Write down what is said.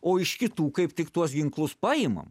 o iš kitų kaip tik tuos ginklus paimam